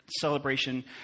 celebration